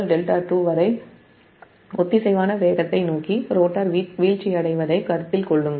δ δ2 வரை ஒத்திசைவான வேகத்தை நோக்கி ரோட்டார் வீழ்ச்சியடைவதைக் கருத்தில் கொள்ளுங்கள்